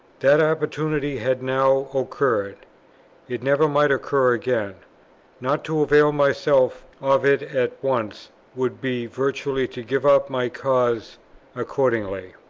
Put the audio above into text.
that opportunity had now occurred it never might occur again not to avail myself of it at once would be virtually to give up my cause accordingly,